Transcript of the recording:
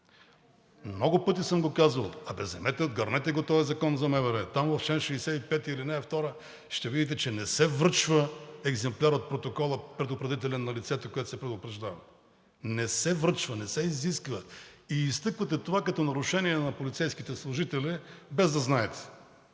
Много пъти съм го казвал: а бе, вземете, отгърнете го този закон за МВР. Там в чл. 65, ал. 2 ще видите, че не се връчва екземпляр от предупредителния протокол на лицето, което се предупреждава. Не се връчва, не се изисква! И изтъквате това като нарушение на полицейските служители, без да знаете.